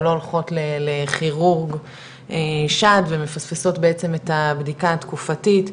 או לא הולכות לכירורג שד ומפספסות בעצם את הבדיקה התקופתית,